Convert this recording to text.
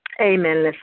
Amen